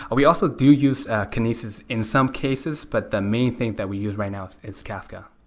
ah we also do use ah kinesis in some cases, but the main thing that we use right now is kafka.